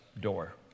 Door